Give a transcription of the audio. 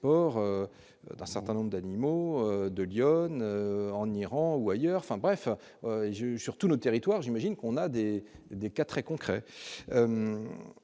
d'un certain nombre d'animaux de l'Yonne en Iran ou ailleurs, enfin bref, j'ai sur tout le territoire, j'imagine qu'on a des des cas très concrets